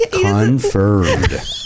Confirmed